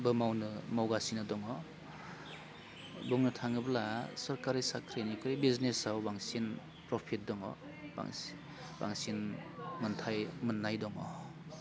बो मावनो मावगासिनो दङ बुंनो थाङोब्ला सरकारि साख्रिनिख्रुइ बिजनेसआव बांसिन प्रफिट दङ बांसिन मोन्थाइ मोन्नाय दङ